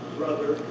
brother